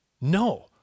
No